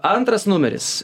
antras numeris